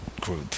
group